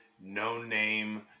no-name